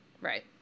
right